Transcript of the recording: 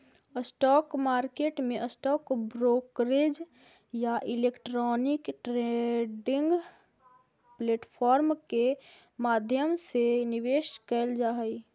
stock market में stock brokerage या electronic trading platform के माध्यम से निवेश कैल जा हइ